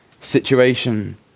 situation